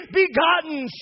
begotten